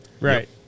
Right